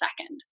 second